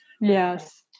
Yes